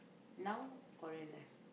now already left